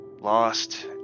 Lost